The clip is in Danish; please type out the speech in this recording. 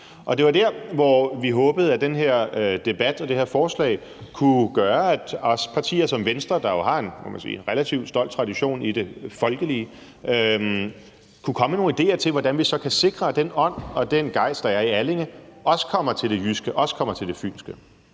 Det var der, vi håbede, at den her debat og det her forslag kunne gøre, at også partier som Venstre, der jo har en, må man sige, relativt stolt tradition i det folkelige, kunne komme med nogle idéer til, hvordan vi så kan sikre, at den ånd og den gejst, der er i Allinge, også kommer til det jyske og også kommer til det fynske.